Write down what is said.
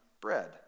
bread